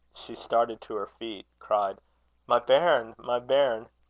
she started to her feet, cried my bairn! my bairn!